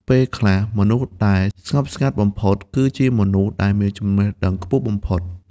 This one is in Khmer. ពេលខ្លះ មនុស្សដែលស្ងប់ស្ងាត់បំផុត គឺជាមនុស្សដែលមានចំណេះដឹងខ្ពស់បំផុត។